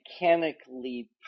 mechanically